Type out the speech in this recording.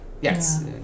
Yes